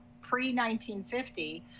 pre-1950